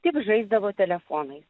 tik žaisdavo telefonais